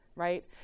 right